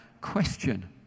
question